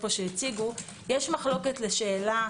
יש מחלוקת בשאלה,